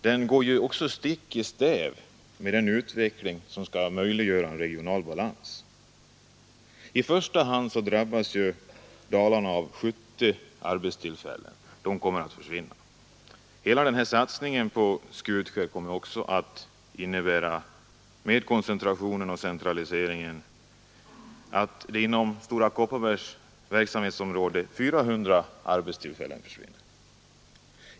Den går också stick i stäv mot den utveckling som skall möjliggöra en regional balans. I första hand drabbas Dalarna av att 70 arbetstillfällen kommer att försvinna. Hela den här satsningen på Skutskär kommer också — med koncentrationen och centraliseringen — att innebära att inom Stora Kopparbergs verksamhetsområde 400 arbetstillfällen försvinner.